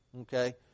Okay